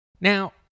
Now